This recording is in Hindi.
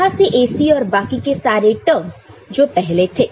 यहां से AC और बाकी के सारे टर्मस जो पहले थे